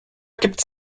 gibt